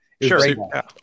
sure